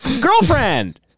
Girlfriend